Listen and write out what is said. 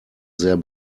sehr